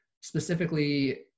specifically